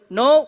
no